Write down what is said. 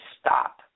stop